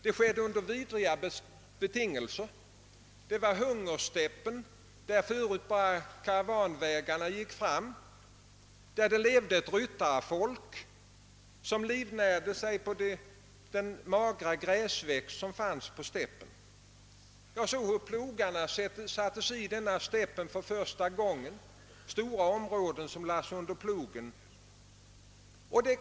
Det skedde under vidriga betingelser på hungerstäppen där förut bara karavanvägarna gick fram och där det levde ett ryttarfolk som i stort sett livnärde sig på den magra gräsväxt som fanns på stäppen. Stora områden lades där under plogen.